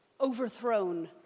overthrown